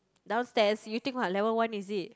downstairs you think what level one is it